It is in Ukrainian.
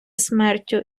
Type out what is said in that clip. смертю